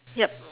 yup